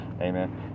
amen